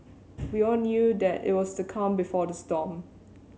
we all knew that it was the calm before the storm